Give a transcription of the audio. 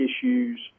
issues